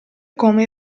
come